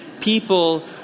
People